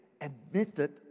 Admitted